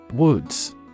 Woods